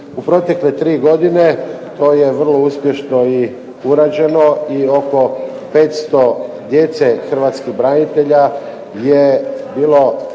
U protekle tri godine to je vrlo uspješno i urađeno i oko 500 djece hrvatskih branitelja je bilo